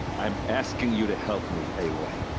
i'm asking you to help me, aloy.